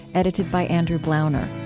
edited by andrew blauner